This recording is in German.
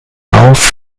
auf